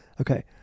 Okay